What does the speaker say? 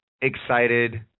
excited